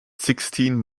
sixteen